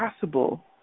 possible